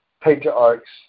patriarchs